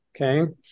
Okay